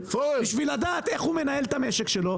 בשביל לדעת איך הוא מנהל את המשק שלו.